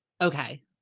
Okay